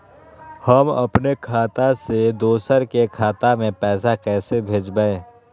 हम अपने खाता से दोसर के खाता में पैसा कइसे भेजबै?